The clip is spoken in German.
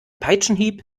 peitschenhieb